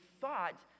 thought